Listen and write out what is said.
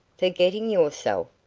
forgetting yourself!